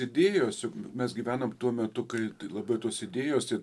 idėjos juk mes gyvenom tuo metu kai labai tos idėjos tie